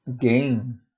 gain